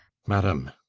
madam!